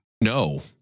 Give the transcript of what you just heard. No